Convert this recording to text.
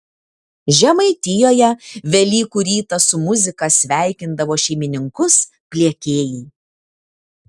žemaitijoje velykų rytą su muzika sveikindavo šeimininkus pliekėjai